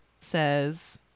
says